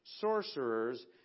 sorcerers